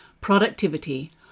productivity